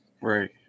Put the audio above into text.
Right